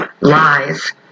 lies